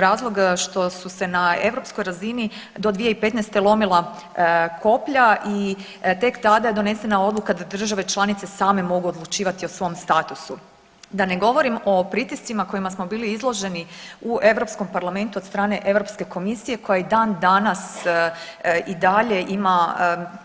Razlog što su se na europskoj razini do 2015. lomila koplja i tek tada je donesena odluka da države članice same mogu odlučivati o svom statusu, da ne govorim o pritiscima kojima smo bili izloženi u Europskom parlamentu od strane Europske komisije koja i dan danas i dalje ima